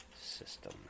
system